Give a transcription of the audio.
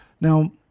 Now